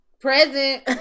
Present